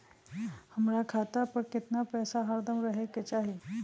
हमरा खाता पर केतना पैसा हरदम रहे के चाहि?